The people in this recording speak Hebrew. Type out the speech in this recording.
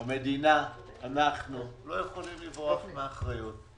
אנחנו לא יכולים לברוח מאחריות.